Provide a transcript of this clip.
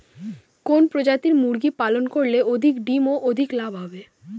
কোন প্রজাতির মুরগি পালন করলে অধিক ডিম ও অধিক লাভ হবে?